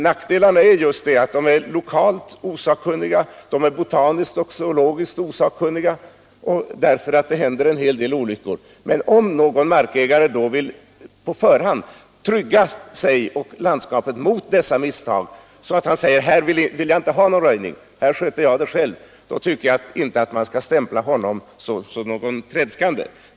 Nackdelarna är ju detta att de är lokalt osakkunniga, att de är zoologiskt och botaniskt osakkunniga och att det därför händer en hel del olyckor. Men om då någon markägare på förhand vill trygga sig och landskapet mot dessa misstag genom att säga att han inte vill ha någon röjning utan att han sköter det hela själv, tycker jag inte att man skall stämpla honom som tredskande.